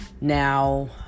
now